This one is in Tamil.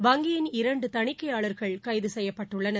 வங்கியின் இரண்டுதணிக்கையாளர்கள் கைதுசெய்யப்பட்டுள்ளனர்